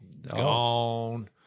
gone